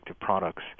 products